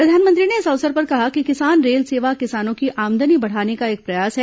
प्रधानमंत्री ने इस अवसर पर कहा कि किसान रेल सेवा किसानों की आमदनी बढ़ाने का एक प्रयास है